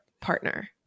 partner